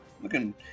looking